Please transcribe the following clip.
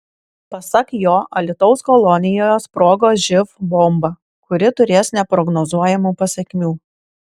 pasak jo alytaus kolonijoje sprogo živ bomba kuri turės neprognozuojamų pasekmių